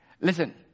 Listen